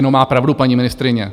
No, má pravdu paní ministryně.